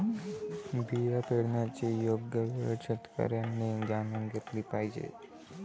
बिया पेरण्याची योग्य वेळ शेतकऱ्यांनी जाणून घेतली पाहिजे